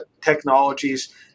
technologies